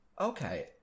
Okay